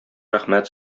рәхмәт